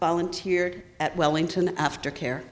volunteered at wellington after care